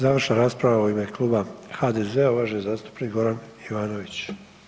Završna rasprava u ime Kluba HDZ-a, uvaženi zastupnik Goran Ivanović.